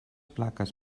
plaques